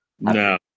no